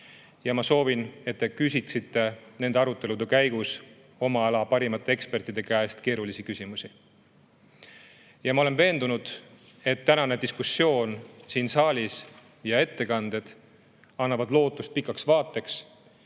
Ma soovin, et te küsiksite nende arutelude käigus oma ala parimate ekspertide käest keerulisi küsimusi. Ma olen veendunud, et tänane diskussioon siin saalis ja ettekanded annavad lootust pikaks vaateks